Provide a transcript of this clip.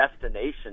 destination